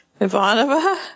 Ivanova